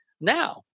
now